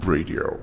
Radio